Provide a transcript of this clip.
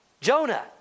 Jonah